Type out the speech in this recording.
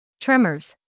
Tremors